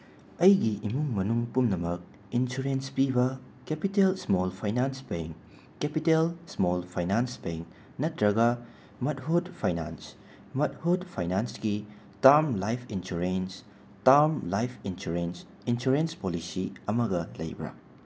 ꯑꯩꯒꯤ ꯏꯃꯨꯡ ꯃꯅꯨꯡ ꯄꯨꯝꯅꯃꯛ ꯏꯟꯁꯨꯔꯦꯟꯁ ꯄꯤꯕ capital small finance bank capital small finance bank ꯅꯠꯇ꯭ꯔꯒ ꯃꯠꯍꯨꯠ ꯐꯩꯅꯥꯟꯁ ꯃꯠꯍꯨꯠ ꯐꯩꯅꯥꯟꯁꯀꯤ term life insurance term life insurance insurance policy ꯑꯃꯒ ꯂꯩꯕ꯭ꯔꯥ